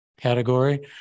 category